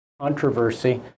controversy